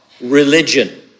religion